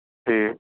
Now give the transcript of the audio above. ٹھیٖک